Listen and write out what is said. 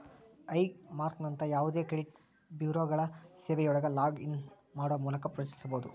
high ಮಾರ್ಕ್ನಂತ ಯಾವದೇ credit ಬ್ಯೂರೋಗಳ ಸೇವೆಯೊಳಗ ಲಾಗ್ ಇನ್ ಮಾಡೊ ಮೂಲಕ ಪರಿಶೇಲಿಸಬೋದ